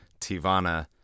tivana